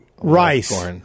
Rice